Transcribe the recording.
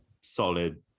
solid